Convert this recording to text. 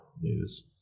news